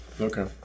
okay